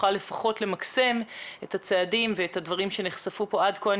נוכל לפחות למקסם את הצעדים ואת הדברים שנחשפו כאן עד כה.